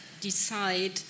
decide